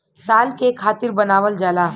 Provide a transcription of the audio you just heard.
साल के खातिर बनावल जाला